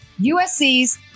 USC's